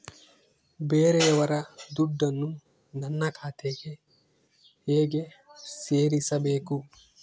ಬೇರೆಯವರ ದುಡ್ಡನ್ನು ನನ್ನ ಖಾತೆಗೆ ಹೇಗೆ ಸೇರಿಸಬೇಕು?